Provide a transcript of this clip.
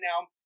now